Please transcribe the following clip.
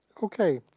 okay,